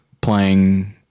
playing